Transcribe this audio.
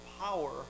power